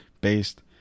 based